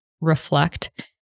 reflect